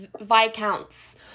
viscounts